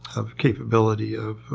of capability of